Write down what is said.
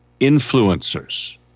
influencers